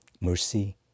mercy